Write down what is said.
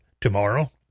tomorrow